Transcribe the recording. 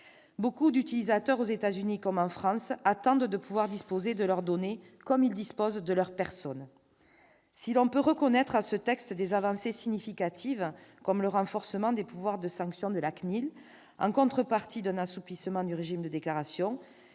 Beaucoup d'utilisateurs, aux États-Unis comme en France, attendent de pouvoir disposer de leurs données comme ils disposent de leur personne. Si l'on peut reconnaître à ce texte des avancées significatives comme le renforcement des pouvoirs de sanction de la CNIL en contrepartie d'un assouplissement du régime de déclaration,